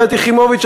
גברת יחימוביץ,